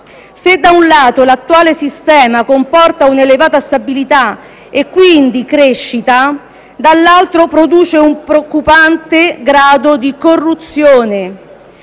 Se da un lato l'attuale sistema comporta un'elevata stabilità e quindi crescita, dall'altro produce un preoccupante grado di corruzione.